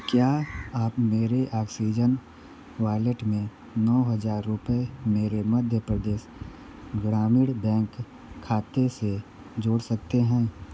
क्या आप मेरे ऑक्सीजन वॉलेट में नौ हजार रुपये मेरे मध्य प्रदेश ग्रामीण बैंक खाते से जोड़ सकते हैं